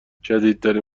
جدیدترین